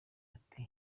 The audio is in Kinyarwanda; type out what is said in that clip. ati